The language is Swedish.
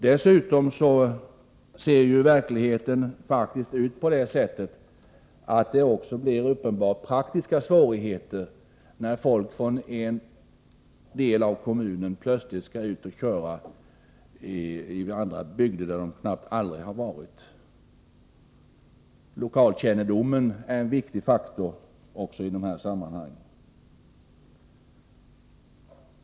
Dessutom ser verkligheten ut på det sättet att det blir uppenbara praktiska svårigheter när taxiförare som inte känner till alla platser skall ut och köra i bygder där de tidigare knappast varit. Också lokalkännedomen är en viktig faktor i dessa sammanhang, inte minst när behov av snabba transporter föreligger.